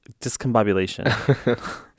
discombobulation